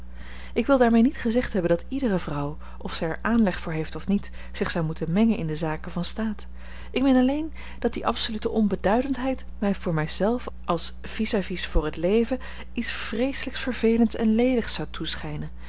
ik wil daarmee niet gezegd hebben dat iedere vrouw of zij er aanleg voor heeft of niet zich zou moeten mengen in de zaken van staat ik meen alleen dat die absolute onbeduidendheid mij voor mij zelven als vis-à-vis voor het leven iets vreeselijks vervelends en ledigs zou toeschijnen